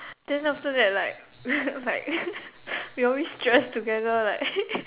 then after that like like we always dress together like